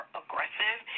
aggressive